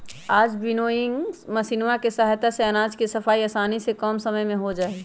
आज विन्नोइंग मशीनवा के सहायता से अनाज के सफाई आसानी से कम समय में हो जाहई